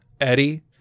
Eddie